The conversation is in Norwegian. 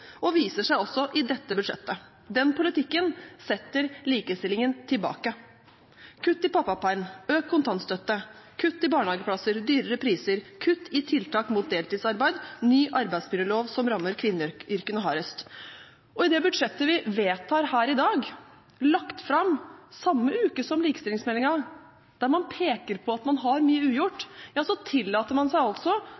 og viser seg også i dette budsjettet. Den politikken setter likestillingen tilbake – kutt i pappaperm, økt kontantstøtte, kutt i barnehageplasser, dyrere priser, kutt i tiltak mot deltidsarbeid, ny arbeidsmiljølov, som rammer kvinneyrkene hardest. I det budsjettet vi vedtar her i dag, lagt fram samme uke som likestillingsmeldingen, der man peker på at man har mye ugjort, tillater man seg altså